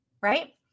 right